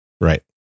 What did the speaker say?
Right